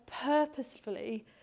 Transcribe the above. purposefully